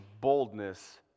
boldness